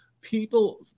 People